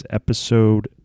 episode